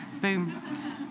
Boom